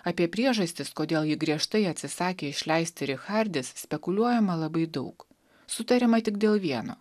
apie priežastis kodėl ji griežtai atsisakė išleisti richardis spekuliuojama labai daug sutariama tik dėl vieno